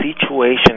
situation